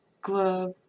glove